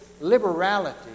liberality